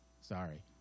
Sorry